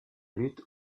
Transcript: lutte